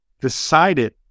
decided